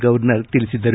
governor ತಿಳಿಸಿದರು